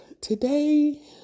Today